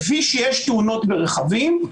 כפי שיש תאונות ברכבים,